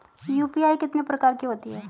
UPI कितने प्रकार की होती हैं?